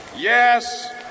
yes